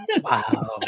Wow